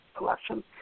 election